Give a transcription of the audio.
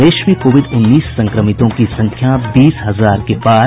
प्रदेश में कोविड उन्नीस संक्रमितों की संख्या बीस हजार के पार